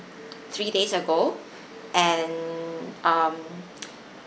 three days ago and um